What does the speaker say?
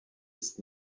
ist